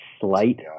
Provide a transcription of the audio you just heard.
slight